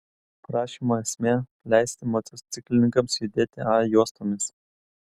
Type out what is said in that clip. prašymo esmė leisti motociklininkams judėti a juostomis